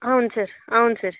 అవును సార్ అవును సార్